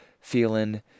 feeling